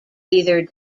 either